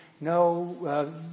no